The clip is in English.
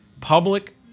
public